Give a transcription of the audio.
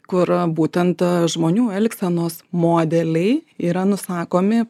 kur būtent žmonių elgsenos modeliai yra nusakomi